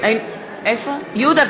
אינו נוכח גילה גמליאל, אינה נוכחת